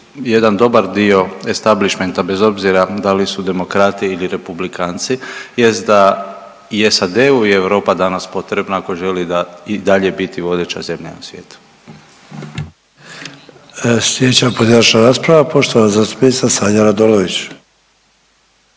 jedan dobar dio establišmenta bez obzira da li su demokrati ili republikanci jest da i SAD-u je Europa danas potrebna ako želi i dalje biti vodeća zemlja na svijetu. **Sanader, Ante (HDZ)** Slijedeća pojedinačna rasprava poštovana zastupnica Sanja Radolović.